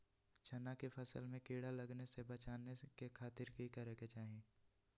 चना की फसल में कीड़ा लगने से बचाने के खातिर की करे के चाही?